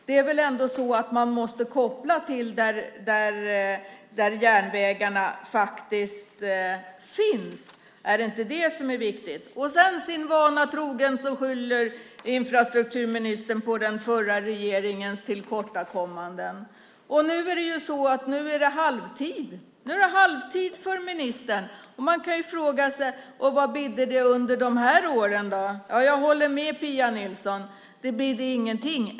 Man måste väl ändå koppla till där järnvägarna faktiskt finns. Är det inte det som är viktigt? Sin vana trogen skyller infrastrukturministern på den förra regeringens tillkortakommanden. Nu är det halvtid för ministern, och man kan fråga sig vad det bidde under de här åren. Jag håller med Pia Nilsson: Det bidde ingenting.